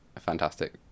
fantastic